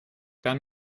dann